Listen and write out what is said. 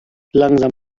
langsam